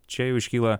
čia jau iškyla